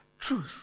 Truth